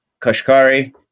kashkari